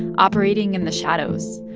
operating in the shadows.